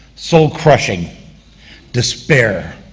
soul-crushing despair,